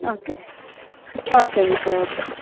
okay okay മിസ്സെ okay